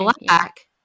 black